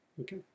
Okay